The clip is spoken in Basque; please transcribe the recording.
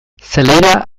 zelaira